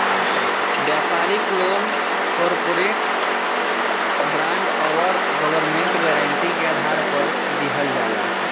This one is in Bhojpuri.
व्यापारिक लोन कॉरपोरेट बॉन्ड आउर गवर्नमेंट गारंटी के आधार पर दिहल जाला